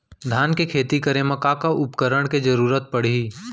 धान के खेती करे मा का का उपकरण के जरूरत पड़हि?